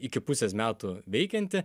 iki pusės metų veikianti